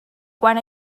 quan